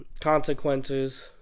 consequences